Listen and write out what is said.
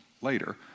later